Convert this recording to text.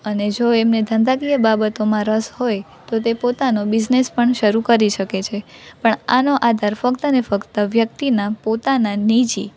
અને જો એમને ધંધાકીય બાબતોમાં રસ હોય તો તે પોતાનો બીઝનેસ પણ શરૂ કરી શકે છે પણ આનો આધાર ફક્ત ને ફક્ત વ્યક્તિના પોતાના નીજી